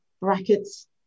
brackets